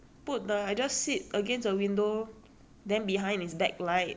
then behind is back light so it's too dark so cannot see